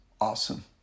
Awesome